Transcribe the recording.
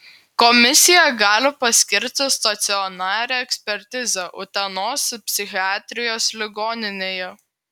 komisija gali paskirti stacionarią ekspertizę utenos psichiatrijos ligoninėje